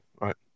right